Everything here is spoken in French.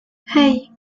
hey